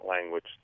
language